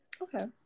Okay